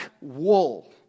wool